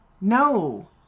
no